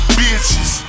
bitches